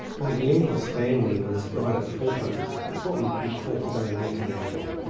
well the engels family was right at the forefront, it's what it's what we would call today a multinational.